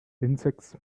insects